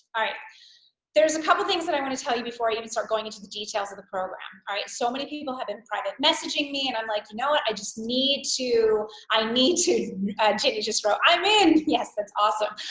all right there's a couple things that i'm going to tell you before i even start going into the details of the program all right so many people have been private messaging me and i'd like to know it i just need to i need to jenny just wrote i'm in yes that's awesome